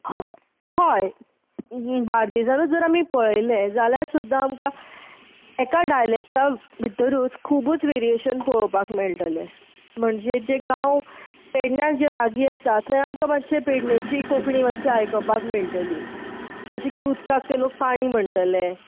होय बार्देजाचो जर आमी पळयलें जाल्यार सुद्दां आमकां एका डायलॅक्टा भितरूच खुबूच वेरियेशन पळोवपाक मेळटलें म्हणजे जे गांव पेडण्याक जे लागी आसा थंय आमकां मात्शें पेडण्याची कोंकणी मात्शी आयकपाक मेळटली जशें की उदकाक तें लोक पाणी म्हणटलें